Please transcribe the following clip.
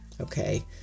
Okay